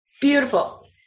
beautiful